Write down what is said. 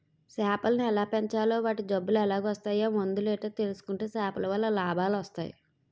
సేపలను ఎలాగ పెంచాలో వాటి జబ్బులెలాగోస్తాయో మందులేటో తెలుసుకుంటే సేపలవల్ల లాభాలొస్టయి